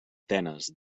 atenes